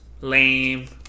lame